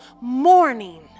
morning